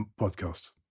podcasts